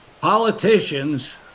Politicians